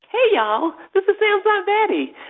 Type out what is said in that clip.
hey, y'all. this is sam's aunt betty.